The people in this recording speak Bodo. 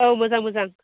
औ मोजां मोजां